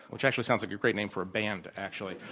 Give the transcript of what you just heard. which actually sounds like a great name for a band, actually.